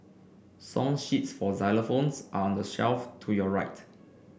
song sheets for xylophones are on the shelf to your right